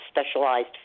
specialized